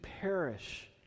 perish